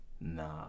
nah